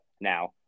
now